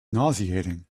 nauseating